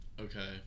Okay